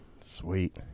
Sweet